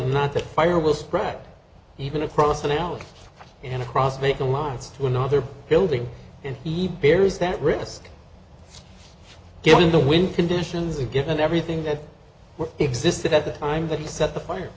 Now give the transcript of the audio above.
than not that fire will spread even across an alley and across make the lines to another building and he bears that risk given the wind conditions or given everything that existed at the time that he set the fire